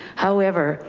however,